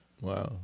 Wow